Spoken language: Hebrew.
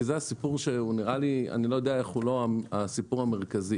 אני לא יודע איך זה לא הסיפור המרכזי.